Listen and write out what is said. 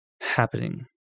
happening